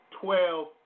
Twelve